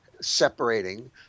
separating